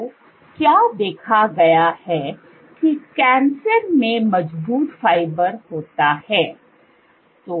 तो क्या देखा गया है कि कैंसर में मजबूत फाइबर होता है